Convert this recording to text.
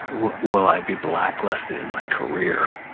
will will i be blacklisted in my career?